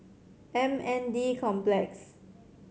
M N D Complex